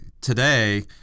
today